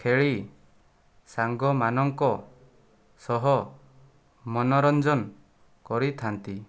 ଖେଳି ସାଙ୍ଗମାନଙ୍କ ସହ ମନୋରଞ୍ଜନ କରିଥାନ୍ତି